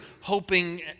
hoping